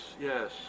yes